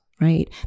right